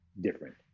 different